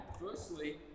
firstly